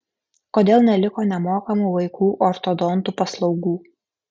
kodėl neliko nemokamų vaikų ortodontų paslaugų